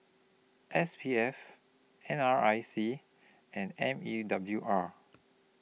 S P F N R I C and M E W R